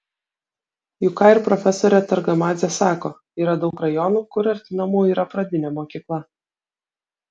juk ką ir profesorė targamadzė sako yra daug rajonų kur arti namų yra pradinė mokykla